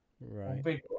right